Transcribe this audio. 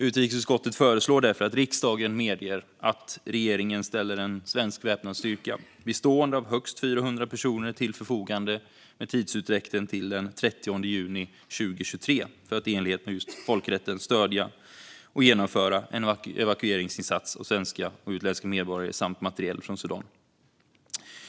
Utrikesutskottet föreslår därför att riksdagen medger att regeringen ställer en svensk väpnad styrka bestående av högst 400 personer till förfogande med en tidsram till den 30 juni 2023 för att i enlighet med just folkrätten stödja och genomföra en evakueringsinsats av svenska och utländska medborgare samt materiel från Sudan.